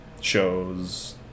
shows